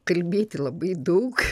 kalbėti labai daug